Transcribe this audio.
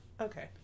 Okay